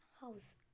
house